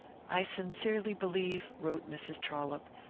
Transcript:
i sincerely believe, wrote mrs. trouope,